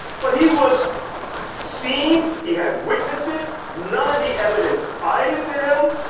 but he was seen, he had witnesses, none of the evidence tied it to him.